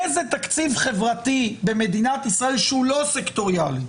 איזה תקציב חברתי במדינת ישראל שהוא לא סקטוריאלי,